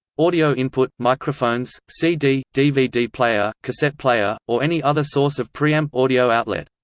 audio input microphones, cd dvd player, cassette player, or any other source of preamp audio outlet.